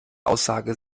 aussage